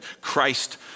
Christ